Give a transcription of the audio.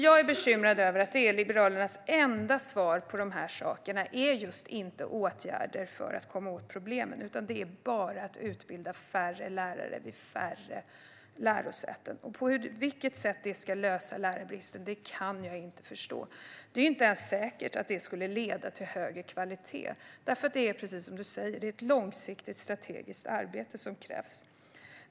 Jag är bekymrad över att Liberalernas enda svar på dessa frågor inte är åtgärder för att komma åt problemen utan bara att färre lärare ska utbildas vid färre lärosäten. På vilket sätt det ska lösa problemen med lärarbristen kan jag inte förstå. Det är inte ens säkert att det skulle leda till högre kvalitet, eftersom det är ett långsiktigt strategiskt arbete som krävs, precis som Christer Nylander säger.